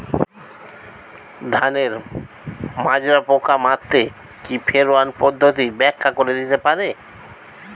ধানের মাজরা পোকা মারতে কি ফেরোয়ান পদ্ধতি ব্যাখ্যা করে দিতে পারে?